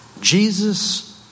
Jesus